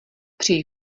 přeji